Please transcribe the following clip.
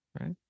right